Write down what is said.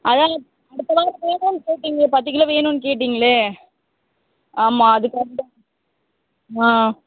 அதாங்க அடுத்த வாரம் வேணுன்னு கேட்டிங்களே பத்து கிலோ வேணுன்னு கேட்டிங்களே ஆமாம் அதற்காகதான் ஆ